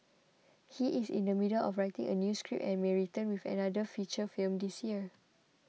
he is in the middle of writing a new script and may return with another feature film this year